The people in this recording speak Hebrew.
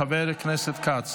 חבר הכנסת כץ,